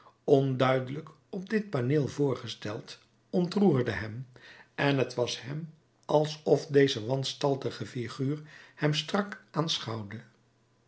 onduidelijk op dit paneel voorgesteld ontroerde hem en t was hem alsof deze wanstaltige figuur hem strak